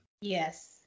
yes